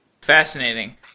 Fascinating